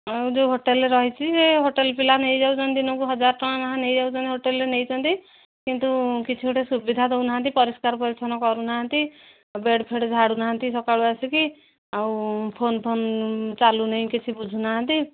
ଆଉ ଯେଉଁ ହୋଟେଲ୍ରେ ରହିଛି ସେ ହୋଟେଲ୍ ପିଲା ନେଇ ଯାଉଛନ୍ତି ଦିନକୁ ହଜାର ଟଙ୍କା ଲେଖାଁ ନେଇଯାଉଛନ୍ତି ହୋଟେଲ୍ରେ ନେଇଛନ୍ତି କିନ୍ତୁ କିଛି ଗୋଟେ ସୁବିଧା ଦେଉ ନାହାନ୍ତି ପରିଷ୍କାର ପରିଚ୍ଛନ କରୁ ନାହାନ୍ତି ବେଡ଼୍ ଫେଡ଼୍ ଝାଡ଼ୁ ନାହାନ୍ତି ସକାଳୁ ଆସିକି ଆଉ ଫୋନ୍ ଫୋନ୍ ଚାଲୁ ନେଇ କିଛି ବୁଝୁ ନାହାନ୍ତି